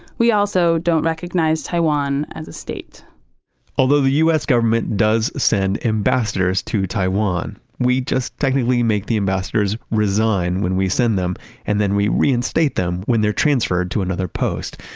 we also don't recognize taiwan as a state although the us government does send ambassadors to taiwan, we just technically make the ambassadors resign when we send them and then we reinstate them when they're transferred to another post.